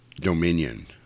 Dominion